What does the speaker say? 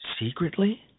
Secretly